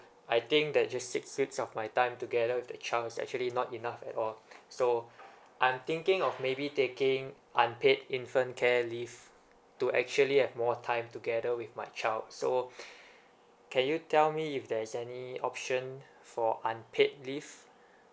I think that just six weeks of my time together with the child's actually not enough at all so I'm thinking of maybe taking unpaid infant care leave to actually have more time together with my child so can you tell me if there's any option for unpaid leave